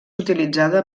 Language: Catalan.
utilitzada